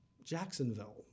Jacksonville